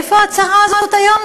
איפה ההצהרה הזאת היום,